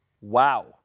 Wow